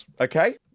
Okay